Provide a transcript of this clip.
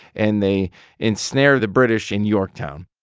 and they ensnare the british in yorktown.